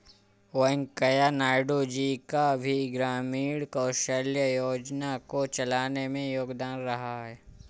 वैंकैया नायडू जी का भी ग्रामीण कौशल्या योजना को चलाने में योगदान रहा है